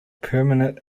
permanent